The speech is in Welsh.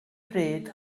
pryd